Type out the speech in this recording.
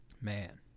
man